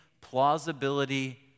plausibility